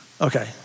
Okay